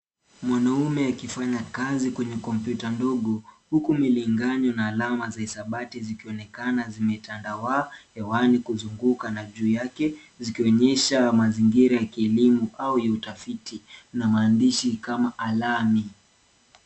Mwanaume akifanya kazi kwenye kompyuta ndogo uku milinganyo na alama za hisabati zikionekana zimetandawaa hewani kuzunguka na juu yake zikionyesha mazingira ya kielimu au ya utafiti na maandishi kama alamy .